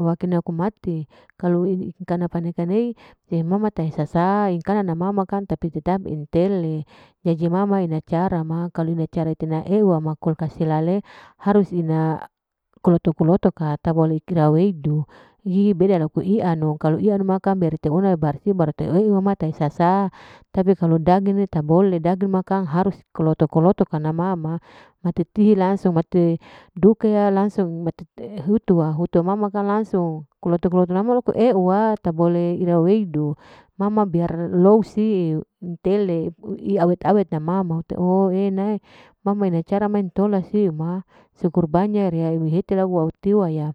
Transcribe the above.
Wakina aku mati, kalau ingkana paneka nei ingkana nama ma kang tapi tetap intele, jadi ma ma ina cara ma kalu ina cara itena ewama kasi lale harus ina koloto-koloto ka, ta bole kira weudu, hii beda laku ianu, kalu ianu ma kang berreteona barsi barete eu wama tahi sasa, tapi kalu daging ini ta bole, daging makang harus koloto-koloto karna ma ma, materti langsung marti dukeya langsung hutuwa, hutuwa ma ma kang langsung koloto-koloto nama loko euwa tak bole irai weudu, ma ma ber lousi intele ui awet-awet amama oo e'ena, ma ma cara ma intola siu ma, syukur banyak riya ewe hete lau wau tiwa ya,